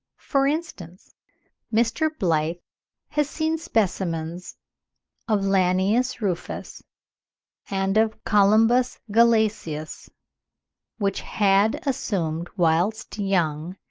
for instance mr. blyth has seen specimens of lanius rufus and of colymbus glacialis which had assumed whilst young,